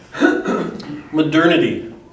modernity